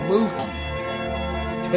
Mookie